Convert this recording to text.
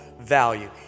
value